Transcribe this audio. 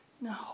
No